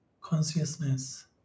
consciousness